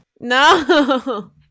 No